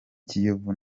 kiyovu